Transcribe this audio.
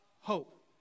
hope